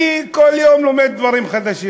אני כל יום לומד דברים חדשים.